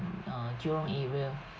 uh jurong area